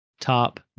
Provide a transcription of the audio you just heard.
top